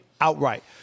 outright